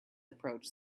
approach